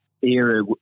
era